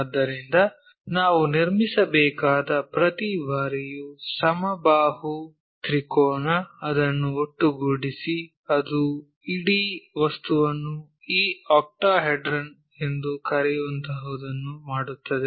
ಆದ್ದರಿಂದ ನಾವು ನಿರ್ಮಿಸಬೇಕಾದ ಪ್ರತಿ ಬಾರಿಯೂ ಸಮಬಾಹು ತ್ರಿಕೋನ ಅದನ್ನು ಒಟ್ಟುಗೂಡಿಸಿ ಅದು ಇಡೀ ವಸ್ತುವನ್ನು ಈ ಆಕ್ಟಾಹೆಡ್ರನ್ ಎಂದು ಕರೆಯುವಂತಹದನ್ನು ಮಾಡುತ್ತದೆ